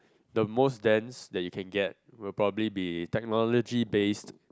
the most dense that you can get will probably be technology based